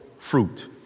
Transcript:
fruit